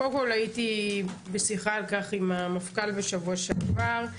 קודם כל, הייתי בשיחה על כך עם המפכ"ל בשבוע שעבר.